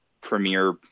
premier